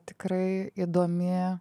tikrai įdomi